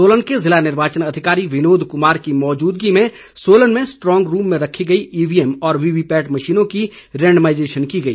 सोलन के जिला निर्वाचन अधिकारी विनोद कुमार की मौजूदगी में सोलन में स्ट्रांग रूम में रखी गई ईवीएम और वीवीपैट मशीनों की पहली रेंडमाईजेशन की गई